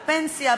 בפנסיה,